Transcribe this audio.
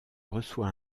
reçoit